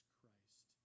Christ